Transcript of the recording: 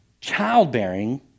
Childbearing